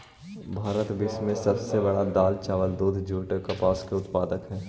भारत विश्व के सब से बड़ा दाल, चावल, दूध, जुट और कपास उत्पादक हई